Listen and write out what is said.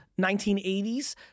1980s